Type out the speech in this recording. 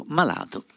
malato